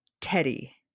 Teddy